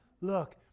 Look